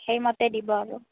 সেইমতে দিব আৰু